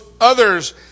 others